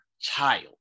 child